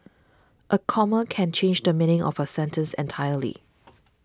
a comma can change the meaning of a sentence entirely